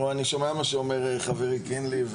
אני שומע מה שאומר חברי קינלי,